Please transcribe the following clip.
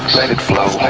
let it flow,